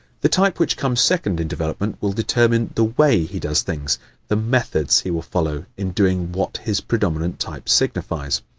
the type which comes second in development will determine the way he does things the methods he will follow in doing what his predominant type signifies.